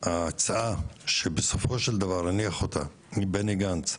שההצעה, שבסופו של דבר, הניח אותה בני גנץ,